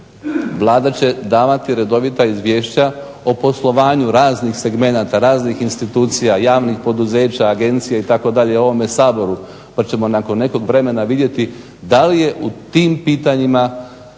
Vlada će davati redovita izvješća o poslovanju raznih segmenata, raznih institucija, javnih poduzeća, agencija itd. ovome Saboru pa ćemo nakon nekog vremena vidjeti da li je u tim pitanjima